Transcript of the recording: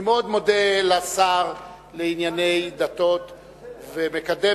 אני מאוד מודה לשר לענייני דתות ומקדם